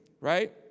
right